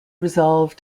resolve